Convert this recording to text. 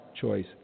choice